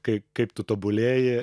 kai kaip tu tobulėji